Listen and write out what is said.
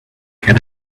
can